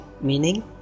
meaning